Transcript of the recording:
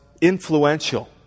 influential